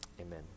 Amen